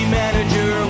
manager